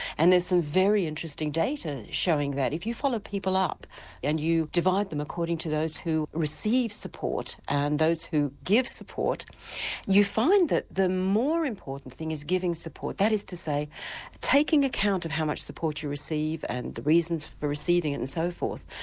and there's some very interesting data showing that if you follow people up and you divide them according to those who receive support and those who give support you find that the more important thing is giving support. that is to say taking account of how much support you receive and the reasons for receiving it and so forth,